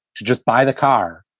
to just buy the car,